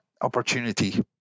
opportunity